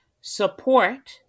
support